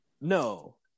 No